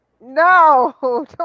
No